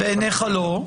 בעיניך לא.